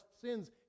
sins